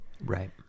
Right